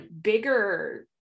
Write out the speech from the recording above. bigger